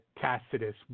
Tacitus